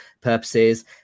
purposes